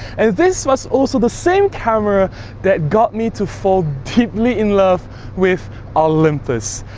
and this was also the same camera that got me to fall deeply in love with olympus.